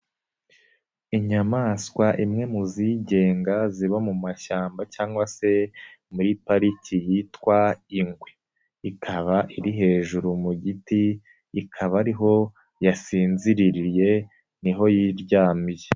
Inyamaswa imwe mu zigenga ziba mu mashyamba cyangwa se muri pariki yitwa ingwe, ikaba iri hejuru mu giti ikaba ariho yasinziriye niho yiryamiye.